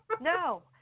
No